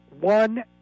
one